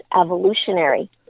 evolutionary